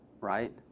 right